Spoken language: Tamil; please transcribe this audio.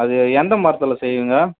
அது எந்த மரத்தில் செய்வீங்க